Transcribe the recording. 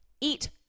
eat